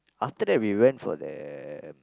after that we went for the